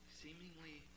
seemingly